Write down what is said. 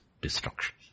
destruction